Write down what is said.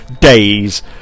days